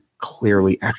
clearly